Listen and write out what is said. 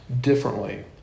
differently